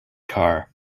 car